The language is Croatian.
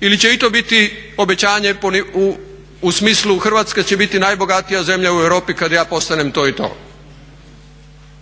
Ili će i to biti obećanje u smislu Hrvatska će biti najbogatija zemlja u Europi kada ja postanem to i to?